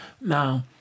now